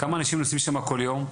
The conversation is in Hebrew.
כמה אנשים נוסעים שם כל יום?